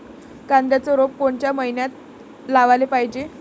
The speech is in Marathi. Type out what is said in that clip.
कांद्याचं रोप कोनच्या मइन्यात लावाले पायजे?